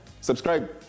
subscribe